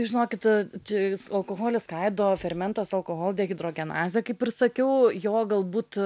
žinokit čia alkoholį skaido fermentas alkoholdehidrogenazė kaip ir sakiau jo galbūt